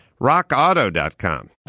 RockAuto.com